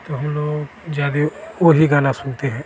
तो हम लोग जादे वही गाना सुनते हैं